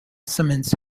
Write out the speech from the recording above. simmons